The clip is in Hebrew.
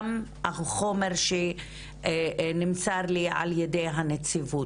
לבין החומר שנמסר לי על ידי הנציבות.